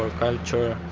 ah culture,